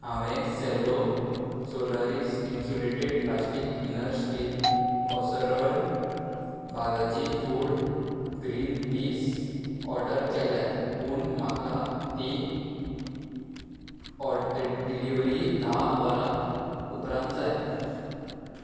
हांवें Cello Solaris insulated plastic inner steel casserole Balaji food green peas order केल्यात पूण म्हाका ती ऑर्डर डिलिव्हरी धा वरां उपरांत जाय